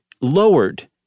lowered